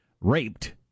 raped